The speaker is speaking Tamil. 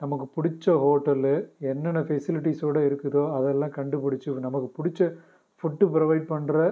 நமக்கு பிடுச்ச ஹோட்டலு என்னென்ன ஃபெசிலிட்டிஸோடய இருக்குதோ அதெல்லாம் கண்டுபிடுச்சி நமக்கு பிடுச்ச ஃபுட்டு ப்ரொவைட் பண்ணுற